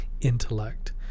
intellect